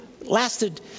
lasted